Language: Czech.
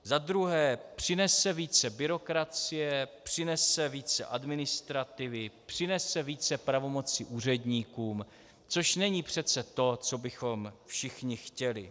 Za druhé přinese více byrokracie, přinese více administrativy, přinese více pravomocí úředníkům, což není přece to, co bychom všichni chtěli.